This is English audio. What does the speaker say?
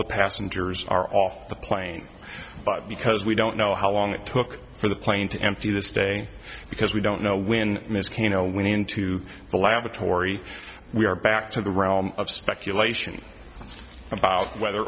the passengers are off the plane but because we don't know how long it took for the plane to empty this day because we don't know when miss kanno went into the lavatory we are back to the realm of speculation about whether